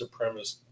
supremacist